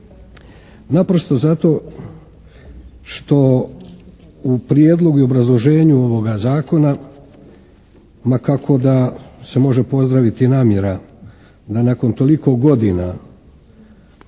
Naprosto zato što u prijedlogu i obrazloženju ovoga zakona ma kako da se može pozdraviti namjera da nakon toliko godina